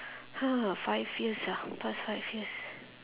uh five years ah past five years